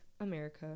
America